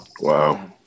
Wow